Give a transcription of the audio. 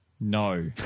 No